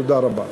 תודה רבה.